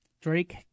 Drake